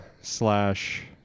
slash